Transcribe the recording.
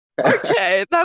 Okay